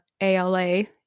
ALA